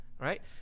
right